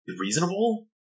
reasonable